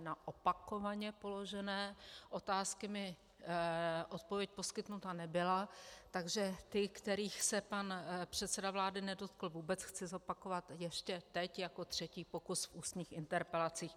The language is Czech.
Na opakovaně položené otázky mi odpověď poskytnuta nebyla, takže ty, kterých se pan předseda vlády nedotkl vůbec, chci zopakovat ještě teď jako třetí pokus v ústních interpelacích.